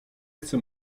chce